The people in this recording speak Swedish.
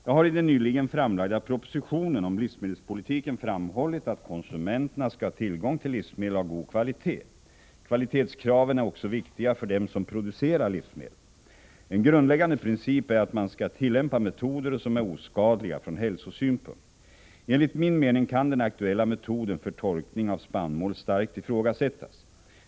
Jag har i den nyligen framlagda propositionen om livsmedelspolitiken framhållit att konsumenterna skall ha tillgång till livsmedel av god kvalitet. Kvalitetskraven är också viktiga för dem som producerar livsmedlen. En grundläggande princip är att man skall tillämpa metoder som är oskadliga från hälsosynpunkt. Enligt min mening kan den aktuella metoden för torkning av spannmål starkt ifrågasättas.